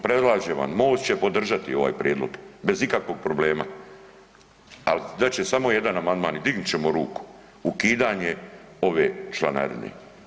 Predlažem vam, Most će podržati ovaj prijedlog, bez ikakvog problema, ali dat će samo jedan amandman i dignut ćemo ruku, ukidanje ove članarine.